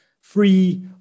free